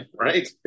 right